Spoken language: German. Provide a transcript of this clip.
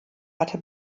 hatte